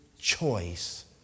choice